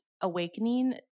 awakening